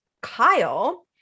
Kyle